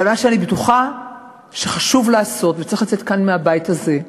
אבל מה שאני בטוחה שחשוב לעשות וצריך לצאת כאן מהבית הזה,